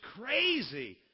crazy